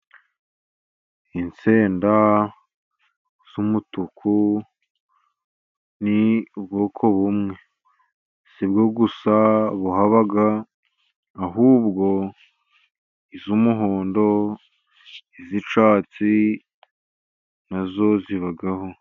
Insenda z'umutuku ni ubwoko bumwe, si bwo gusa buhaba ahubwo iz'umuhondo, iz'icyatsi nazo zibaho.